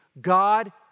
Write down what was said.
God